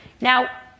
Now